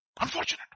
Unfortunate